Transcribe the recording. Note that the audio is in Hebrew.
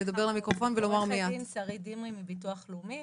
אני עו"ד שרית דמרי מביטוח לאומי.